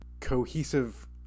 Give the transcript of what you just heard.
cohesive